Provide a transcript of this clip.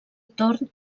torn